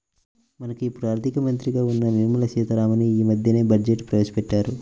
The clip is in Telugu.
మనకు ఇప్పుడు ఆర్థిక మంత్రిగా ఉన్న నిర్మలా సీతారామన్ యీ మద్దెనే బడ్జెట్ను ప్రవేశపెట్టారు